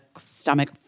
stomach